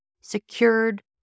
secured